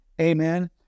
Amen